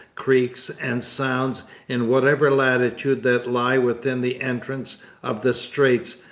creeks, and sounds in whatever latitude that lie within the entrance of the straits,